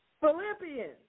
Philippians